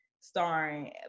starring